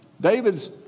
David's